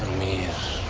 me, and